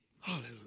Hallelujah